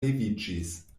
leviĝis